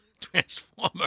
transformer